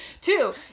Two